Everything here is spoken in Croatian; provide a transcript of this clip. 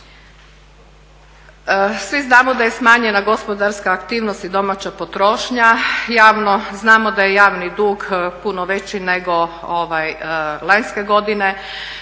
Svi znamo da je smanjena gospodarska aktivnost i domaća potrošnja. Znamo da je javni dug puno veći nego lanjske godine.